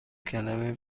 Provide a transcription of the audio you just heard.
کلمه